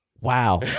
Wow